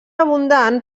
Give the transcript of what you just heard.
abundant